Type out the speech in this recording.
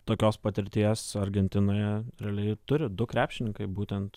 tokios patirties argentinoje realiai turi du krepšininkai būtent